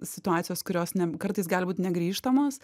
situacijos kurios ne kartais gali būt negrįžtamos